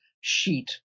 sheet